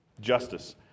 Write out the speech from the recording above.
justice